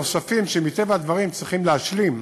הנוספים שמטבע הדברים צריכים להשלים.